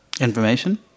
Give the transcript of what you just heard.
information